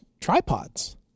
tripods